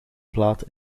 plaat